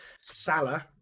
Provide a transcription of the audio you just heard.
Salah